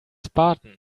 spartan